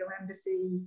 embassy